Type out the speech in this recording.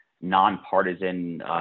Nonpartisan